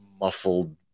muffled